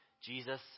Jesus